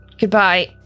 Goodbye